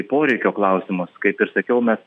poreikio klausimus kaip ir sakiau mes